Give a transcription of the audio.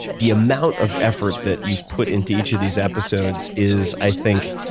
the amount of effort that you've put into each of these episodes is, i think,